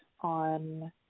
on